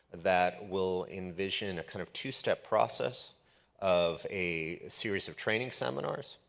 that will envision a kind of two step process of a series of training seminars,